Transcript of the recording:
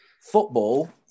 Football